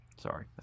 Sorry